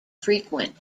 frequent